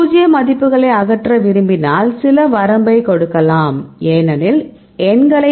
இப்போது சில டேட்டாவை பெறுகிறீர்கள் சில சந்தர்ப்பங்களில் அதே மியூட்டன்ட் பல முறை தோன்றினால் இதைத் தேடுவது கடினம்